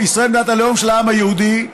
"ישראל, מדינת הלאום של העם היהודי",